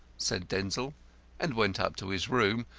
said denzil and went up to his room,